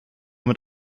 mit